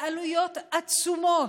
בעלויות עצומות,